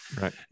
Right